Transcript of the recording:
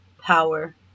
power